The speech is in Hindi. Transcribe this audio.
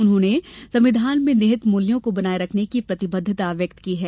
उन्होंने संविधान में निहित मूल्यों को बनाए रखने की प्रतिबद्धता व्यक्त की है